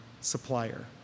supplier